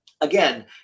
Again